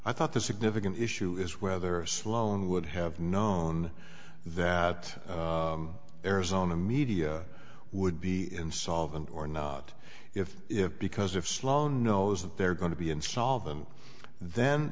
i thought the significant issue is whether sloan would have known that arizona media would be insolvent or not if if because if sloan knows that they're going to be insolvent then